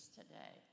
today